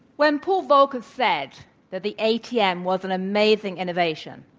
when paul volcker said that the atm was an amazing innovation,